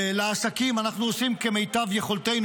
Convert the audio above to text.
לעסקים, אנחנו עושים כמיטב יכולתנו.